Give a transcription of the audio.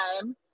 time